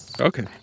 Okay